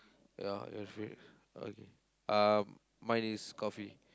ya your fav~ okay uh mine is coffee